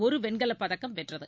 ஒரு வெண்கலப்பதக்கம் வென்றது